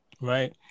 right